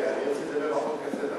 ההצעה להעביר את הצעת חוק פיצויים